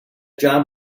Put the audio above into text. job